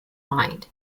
mind